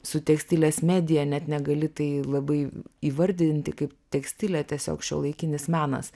su tekstilės medija net negali tai labai įvardinti kaip tekstilę tiesiog šiuolaikinis menas